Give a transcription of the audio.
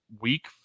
week